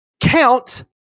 Count